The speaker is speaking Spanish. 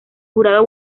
jurado